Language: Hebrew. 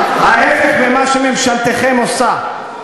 ההפך ממה שממשלתכם עושה.